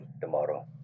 tomorrow